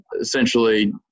essentially